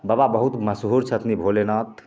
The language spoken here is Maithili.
बाबा बहुत मशहूर छथिन भोलेनाथ